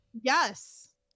Yes